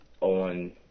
on